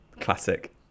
classic